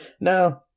no